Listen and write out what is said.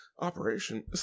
operation